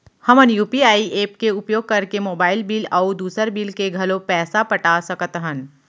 हमन UPI app के उपयोग करके मोबाइल बिल अऊ दुसर बिल के घलो पैसा पटा सकत हन